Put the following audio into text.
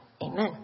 amen